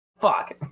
Fuck